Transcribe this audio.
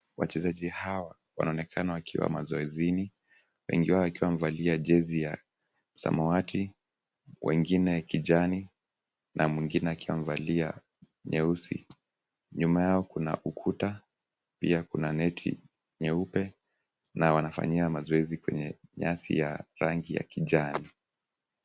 Wachezaji hawa wanaonekana wakiwa mazoezini wengi wao wakiwa wamevia jezi ya samawati wengine kijani na mwingine akiwa amevalia nyeusi. Nyuma yao kuna ukuta, pia kuna neti nyeupe na wanafanyia mazoezi kwenye nyasi ya rangi ya kijani.